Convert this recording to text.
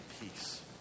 peace